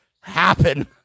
happen